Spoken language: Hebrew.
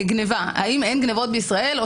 אין גניבות במדינת ישראל?